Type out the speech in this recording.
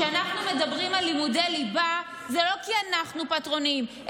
כשאנחנו מדברים על לימודי ליבה זה לא כי אנחנו פטרונים,